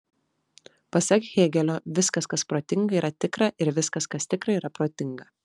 pasak hėgelio viskas kas protinga yra tikra ir viskas kas tikra yra protinga